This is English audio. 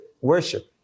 worship